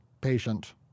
patient